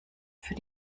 für